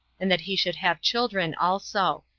and that he should have children also.